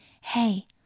hey